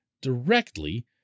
directly